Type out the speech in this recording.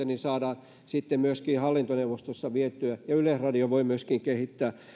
niin että saadaan niitä sitten myöskin hallintoneuvostossa vietyä ja yleisradio voi myöskin kehittää